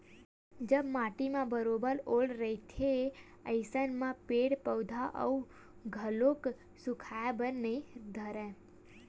जब माटी म बरोबर ओल रहिथे अइसन म पेड़ पउधा ह घलो सुखाय बर नइ धरय